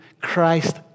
Christ